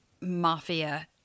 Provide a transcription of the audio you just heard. mafia